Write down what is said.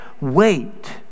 wait